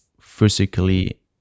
physically